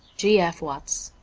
g. f. watts